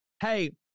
Hey